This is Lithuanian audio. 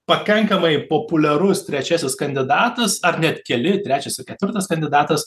pakankamai populiarus trečiasis kandidatas ar net keli trečias ir ketvirtas kandidatas